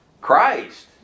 Christ